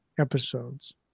episodes